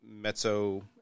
mezzo